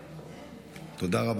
נתקבל.